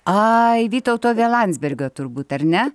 ai vytauto v landsbergio turbūt ar ne